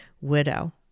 widow